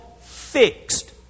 fixed